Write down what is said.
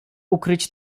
ukryć